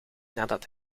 nadat